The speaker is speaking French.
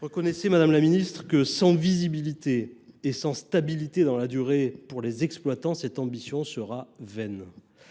Reconnaissez, madame la ministre, que, sans visibilité et sans stabilité pour les exploitants, cette ambition sera vaine